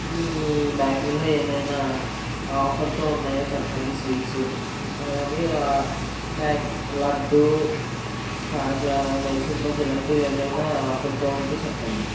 మీ బేకరీలో ఏమయినా ఆఫర్తో ఉన్నాయా చెప్పండి స్వీట్సు అలాగే లడ్డు కాజా మైసూర్ పాక్ ఇలాంటివి ఏమయినా ఆఫర్తో ఉంటే చెప్పండి